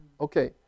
okay